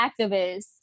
activists